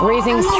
Raising